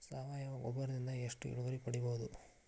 ಸಾವಯವ ಗೊಬ್ಬರದಿಂದ ಎಷ್ಟ ಇಳುವರಿ ಪಡಿಬಹುದ?